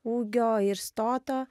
ūgio ir stoto